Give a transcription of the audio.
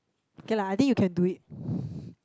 okay lah I think you can do it